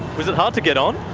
was it hard to get on?